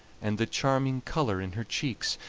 and the charming color in her cheeks,